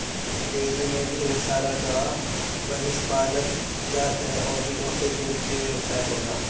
dairy में ढेर सारा गाए भइस पालल जात ह अउरी ओसे दूध के व्यवसाय होएला